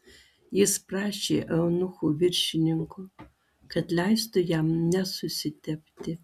jis prašė eunuchų viršininko kad leistų jam nesusitepti